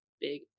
big